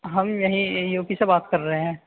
ہم یہیں U P سے بات کر رہے ہیں